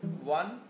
one